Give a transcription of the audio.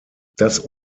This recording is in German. das